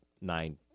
nine